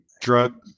drug